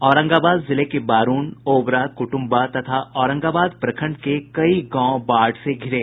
औरंगाबाद जिले के बारूण ओबरा कुटुम्बा तथा औरंगाबाद प्रखंड के कई गांव बाढ़ से घिरे